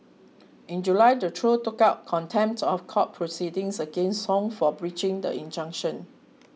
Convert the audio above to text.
in July the trio took out contempts of court proceedings against Song for breaching the injunction